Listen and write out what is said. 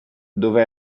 dove